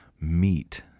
meet